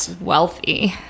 wealthy